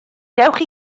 dewch